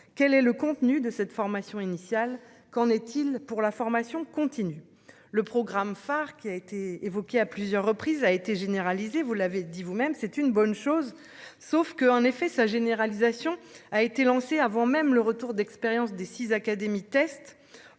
Quel est le contenu de cette formation initiale. Qu'en est-il pour la formation continue, le programme phare qui a été évoqué à plusieurs reprises, a été généralisé, vous l'avez dit vous-même c'est une bonne chose sauf que en effet sa généralisation a été lancée avant même le retour d'expérience des 6 académies.